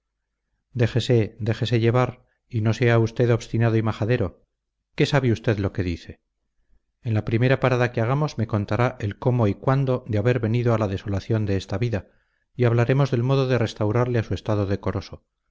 déjele déjese llevar y no sea usted obstinado y majadero qué sabe usted lo que dice en la primer parada que hagamos me contará el cómo y cuándo de haber venido a la desolación de esa vida y hablaremos del modo de restaurarle a su estado decoroso